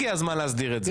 הגיע הזמן להסדיר את זה.